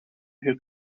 who